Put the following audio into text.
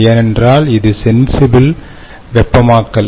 ஏனென்றால் இது சென்சிபில் வெப்பமாக்கல்